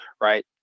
right